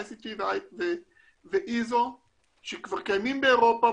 ICT ו-IZO שכבר קיימים באירופה,